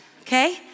okay